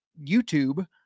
YouTube